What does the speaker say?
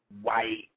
white